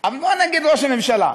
אבל בוא נגיד, ראש הממשלה,